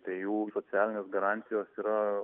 tai jų socialinės garantijos yra